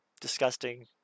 disgusting